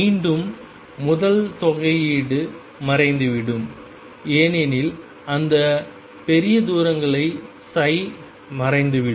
மீண்டும் முதல் தொகையீடு மறைந்துவிடும் ஏனெனில் அந்த பெரிய தூரங்களை சை மறைத்துவிடும்